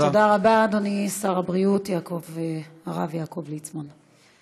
תודה רבה, אדוני שר הבריאות הרב יעקב ליצמן.